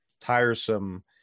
tiresome